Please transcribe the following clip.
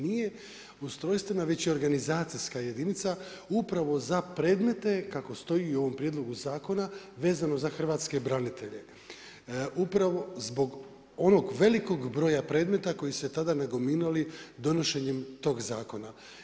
Nije ustrojstvena već je organizacijska jedinica upravo za predmete kako stoji i u ovom prijedlogu zakona vezano za hrvatske branitelje, upravo zbog onog velikog broja predmeta koji su se tada nagomilali donošenjem tog zakona.